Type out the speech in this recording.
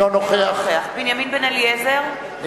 אינו נוכח בנימין בן-אליעזר,